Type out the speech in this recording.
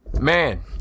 Man